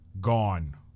gone